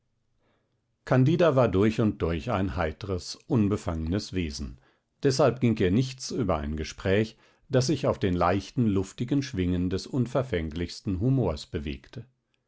candida war durch und durch ein heitres unbefangnes wesen deshalb ging ihr nichts über ein gespräch das sich auf den leichten luftigen schwingen des unverfänglichsten humors bewegte